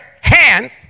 hands